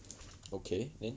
okay then